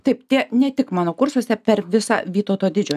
taip tie ne tik mano kursuose per visą vytauto didžiojo